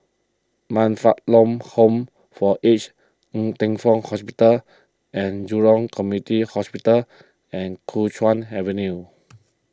Man Fatt Lam Home for Aged Ng Teng Fong Hospital and Jurong Community Hospital and Kuo Chuan Avenue